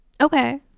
Okay